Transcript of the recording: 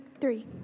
Three